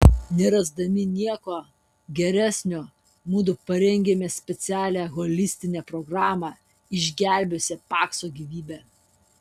nerasdami nieko geresnio mudu parengėme specialią holistinę programą išgelbėjusią pakso gyvybę